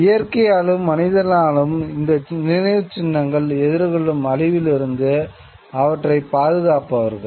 இயற்கையாலும் மனிதனாலும் இந்த நினைவுச் சின்னங்கள் எதிர்கொள்ளும் அழிவிலிருந்து அவற்றைப் பாதுகாப்பார்கள்